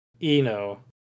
Eno